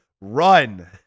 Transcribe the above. run